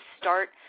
start